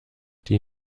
die